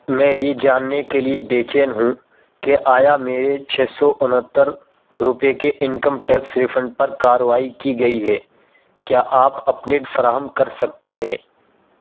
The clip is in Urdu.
میں یہ جاننے کے لیے بے چین ہوں کہ آیا میرے چھ سو انہتر روپے کے انکم ٹیکس ریفنڈ پر کارروائی کی گئی ہے کیا آپ اپڈیٹ فراہم کر سکتے ہیں